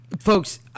folks